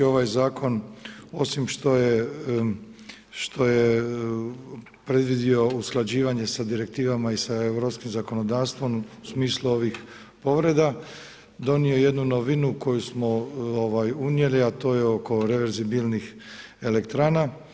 Ovaj zakon osim što je predvidio usklađivanje sa direktivama i sa europskim zakonodavstvom u smislu ovih povreda donio je jednu novinu koju smo unijeli, a to je oko reverzibilnih elektrana.